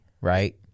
right